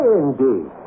indeed